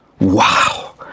wow